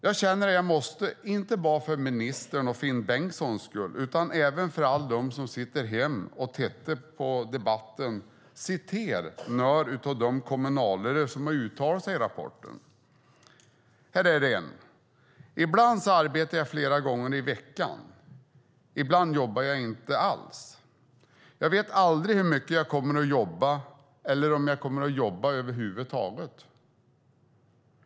Jag känner att jag inte bara för ministerns och Finn Bengtssons skull utan även för alla dem som hemma sitter och tittar på debatten måste återge vad några av de kommunalare som uttalat sig i rapporten säger: Ibland arbetar jag flera gånger i veckan, ibland jobbar jag inte alls, jag vet aldrig hur mycket jag kommer att jobba eller om jag kommer att jobba över huvud taget.